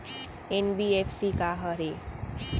NBFC का हरे?